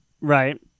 Right